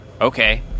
okay